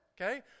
okay